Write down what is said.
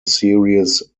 series